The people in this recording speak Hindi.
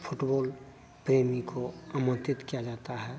फुटबॉल प्रेमी को आमन्त्रित किया जाता है